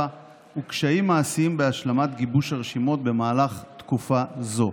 וקשיים מעשיים בהשלמת גיבוש רשימות במהלך תקופה זו.